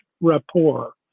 rapport